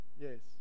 Yes